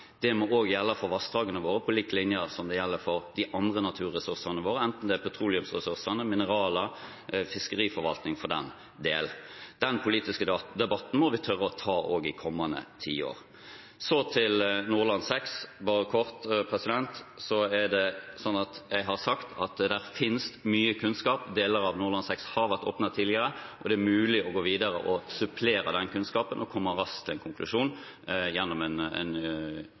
Det må også gjelde for vassdragene våre, på lik linje som det gjelder for de andre naturressursene våre, enten det er petroleumsressursene, mineraler, eller fiskeriforvaltning for den del. Den politiske debatten må vi tørre å ta også i kommende tiår. Så til Nordland VI, bare kort: Det er sånn at jeg har sagt at det finnes mye kunnskap. Deler av Nordland VI har vært åpnet tidligere, og det er mulig å gå videre og supplere den kunnskapen og komme raskt til en konklusjon gjennom en tilleggsutredning, en